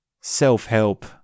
self-help